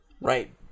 Right